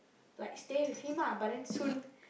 like stay with him ah but then soon